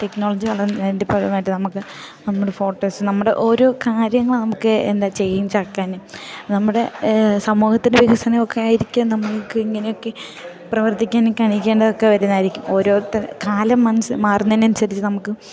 technology വളർന്നതിൻ്റെ ഭാഗമായിട്ട് നമുക്ക് നമ്മുടെ ഫോട്ടോസ് നമ്മുടെ ഓരോ കാര്യങ്ങൾ നമുക്ക് എന്താ ചേഞ്ചാക്കാനും നമ്മുടെ സമൂഹത്തിൻ്റെ വികസനമൊക്കെ ആയിരിക്കാം നമുക്ക് ഇങ്ങനെയൊക്കെ പ്രവർത്തിക്കാൻ കാണിക്കേണ്ടതൊക്കെ വരുന്നതായിരിക്കും ഓരോത്ത കാലം മനസ്സ് മാറുന്നതിനനുസരിച്ച് നമുക്ക്